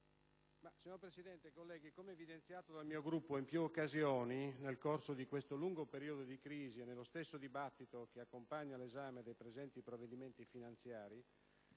Signor Presidente, colleghi, come evidenziato dal mio Gruppo in più occasioni nel corso di questo lungo periodo di crisi e nello stesso dibattito che accompagna l'esame dei presenti provvedimenti finanziari,